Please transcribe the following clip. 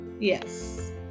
Yes